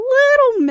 little